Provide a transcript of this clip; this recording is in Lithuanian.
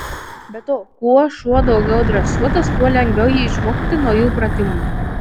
be to kuo šuo daugiau dresuotas tuo lengviau jį išmokyti naujų pratimų